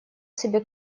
себе